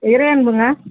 இறையன்புங்க